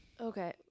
Okay